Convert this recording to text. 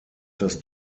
das